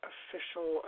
Official